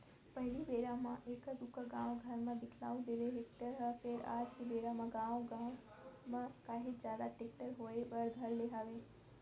पहिली बेरा म एका दूका गाँव घर म दिखउल देवय टेक्टर ह फेर आज के बेरा म गाँवे गाँव म काहेच जादा टेक्टर होय बर धर ले हवय